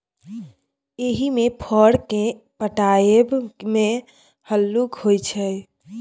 एहिमे फर केँ पटाएब मे हल्लुक होइ छै